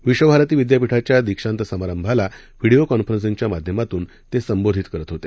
विक्व भारती विद्यापिठाच्या दिक्षांत समारंभाला व्हिडीओ कॉन्फरन्सिंगच्या माध्यातून संबोधित करत होते